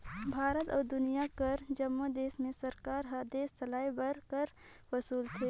भारत अउ दुनियां कर जम्मो देस में सरकार हर देस चलाए बर कर वसूलथे